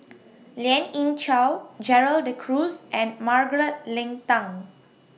Lien Ying Chow Gerald De Cruz and Margaret Leng Tan